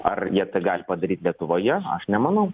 ar jie tą gali padaryt lietuvoje aš nemanau